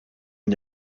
n’y